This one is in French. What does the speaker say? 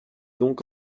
donc